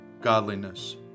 godliness